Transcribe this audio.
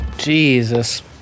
Jesus